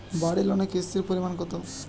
বাড়ি লোনে কিস্তির পরিমাণ কত?